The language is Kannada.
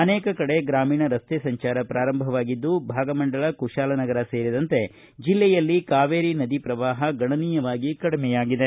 ಅನೇಕ ಕಡೆ ಗ್ರಾಮೀಣರಸ್ತೆ ಸಂಚಾರ ಪ್ರಾರಂಭವಾಗಿದ್ದು ಭಾಗಮಂಡಲ ಕುತಾಲನಗರ ಸೇರಿದಂತೆ ಜಿಲ್ಲೆಯಲ್ಲಿ ಕಾವೇರಿ ನದಿ ಪ್ರವಾಹ ಗಣನೀಯವಾಗಿ ಕಡಿಮೆಯಾಗಿದೆ